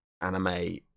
anime